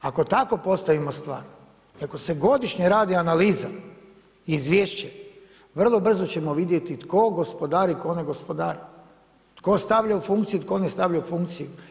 Ako tako postavimo stvar i ako se godišnje radi analiza, izvješće vrlo brzo ćemo vidjeti tko gospodari, tko ne gospodari, tko stavlja u funkciju, tko ne stavlja u funkciju.